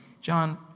John